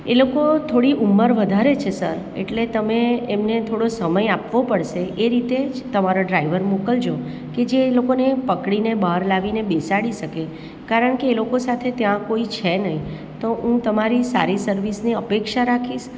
એ લોકો થોડી ઉંમર વધારે છે સર એટલે તમે એમને થોડો સમય આપવો પડશે એ રીતે જ તમારો ડ્રાઈવર મોકલજો કે જે લોકોને પકડીને બહાર લાવીને બેસાડી શકે કારણકે એ લોકો સાથે ત્યાં કોઈ છે નહીં તો હું તમારી સારી સર્વિસની અપેક્ષા રાખીશ